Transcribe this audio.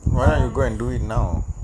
why not you go and do it now